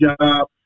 job